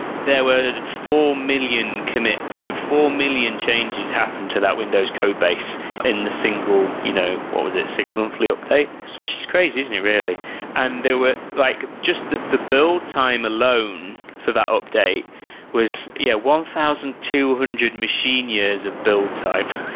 there were and four million commits, so four million changes happened to that windows codebase in a single you know what was it? six monthly update? which is crazy, isn't it, really? and there were like just the the build time alone for that update was yeah one thousand two hundred machine years of build time